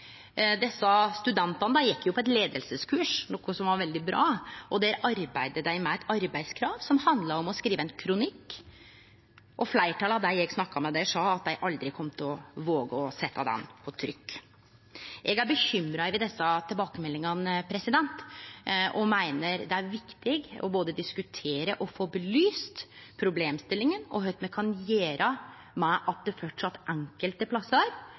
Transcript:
Desse studentane gjekk på eit leiingskurs, noko som var veldig bra. Der arbeidde dei med eit arbeidskrav som handla om å skrive ein kronikk. Fleirtalet av dei eg snakka med der, sa at dei aldri kom til å våge å setje han på trykk. Eg er bekymra over desse tilbakemeldingane og meiner det er viktig både å diskutere og å få belyst problemstillinga og kva me kan gjere med at det enkelte plassar